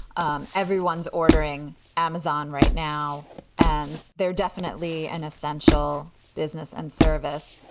um everyone's ordering amazon right now and they're definitely an essential business and service.